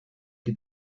que